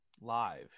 live